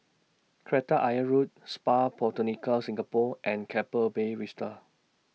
Kreta Ayer Road Spa Botanica Singapore and Keppel Bay Vista